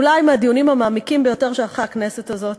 אולי מהדיונים המעמיקים ביותר שערכה הכנסת הזאת,